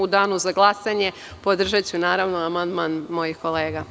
U danu za glasanje podržaću amandman mojih kolega.